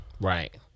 Right